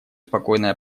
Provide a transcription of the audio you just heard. спокойной